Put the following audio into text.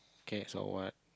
K so what